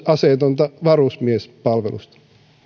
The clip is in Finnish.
aseetonta varusmiespalvelusta